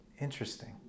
Interesting